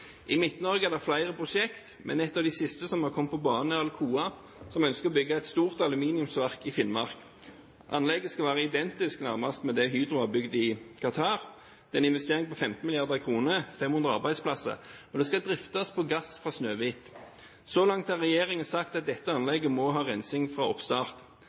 I Midt-Norge er det flere prosjekt. Men en av de siste som har kommet på banen, er Alcoa, som ønsker å bygge et stort aluminiumsverk i Finnmark. Anlegget skal være nærmest identisk med det Hydro har bygget i Qatar, med en investering på 15 mrd. kr og 500 arbeidsplasser, og det skal driftes på gass fra Snøhvit. Så langt har regjeringen sagt at dette anlegget må ha rensing fra oppstart.